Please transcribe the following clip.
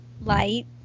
Light